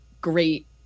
great